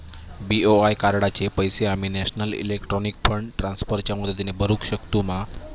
BOI कार्डाचे पैसे आम्ही नेशनल इलेक्ट्रॉनिक फंड ट्रान्स्फर च्या मदतीने भरुक शकतू मा?